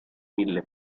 mille